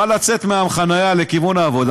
בא לצאת מהחניה לכיוון העבודה,